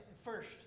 first